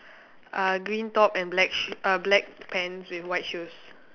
uh green top and black sh~ err black pants with white shoes